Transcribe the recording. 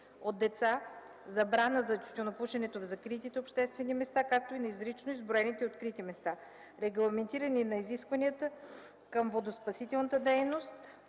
от деца; забрана за тютюнопушенето в закритите обществени места, както и на изрично изброени открити места; регламентиране на изискванията към водоспасителната дейност